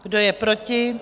Kdo je proti?